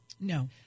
No